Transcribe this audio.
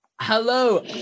hello